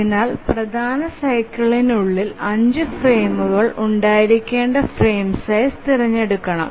അതിനാൽ പ്രധാന സൈക്കിളിനുള്ളിൽ അഞ്ച് ഫ്രെയിമുകൾ ഉണ്ടായിരിക്കേണ്ട ഫ്രെയിം സൈസ് തിരഞ്ഞെടുക്കണം